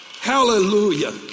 Hallelujah